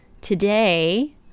Today